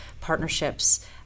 partnerships